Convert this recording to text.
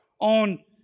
on